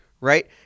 Right